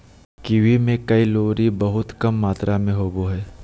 kiwi में calorie बहुत कम मात्र में होबो हइ